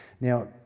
Now